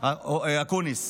אקוניס.